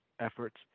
efforts